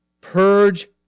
Purge